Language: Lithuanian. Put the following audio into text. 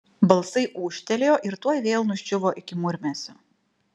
balsai ūžtelėjo ir tuoj vėl nuščiuvo iki murmesio